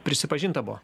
prisipažinta buvo